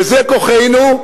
וזה כוחנו,